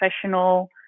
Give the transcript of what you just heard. professional